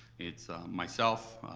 it's myself,